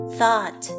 Thought